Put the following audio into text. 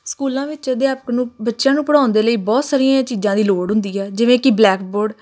ਸਕੂਲਾਂ ਵਿੱਚ ਅਧਿਆਪਕ ਨੂੰ ਬੱਚਿਆਂ ਨੂੰ ਪੜ੍ਹਾਉਣ ਦੇ ਲਈ ਬਹੁਤ ਸਾਰੀਆਂ ਚੀਜ਼ਾਂ ਦੀ ਲੋੜ ਹੁੰਦੀ ਆ ਜਿਵੇਂ ਕਿ ਬਲੈਕ ਬੋਰਡ